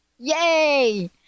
Yay